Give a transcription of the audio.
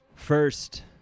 First